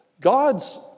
God's